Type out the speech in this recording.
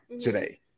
today